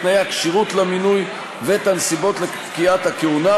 את תנאי הכשירות למינוי ואת הנסיבות לפקיעת הכהונה.